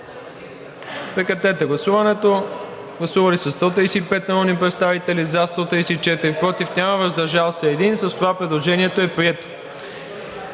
Прекратете гласуването. Гласували 135 народни представите: за 134, против няма, въздържал се 1. С това предложението е прието.